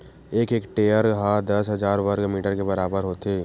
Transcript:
एक हेक्टेअर हा दस हजार वर्ग मीटर के बराबर होथे